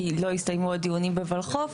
כי לא הסתיימו הדיונים בולחו"ף,